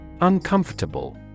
Uncomfortable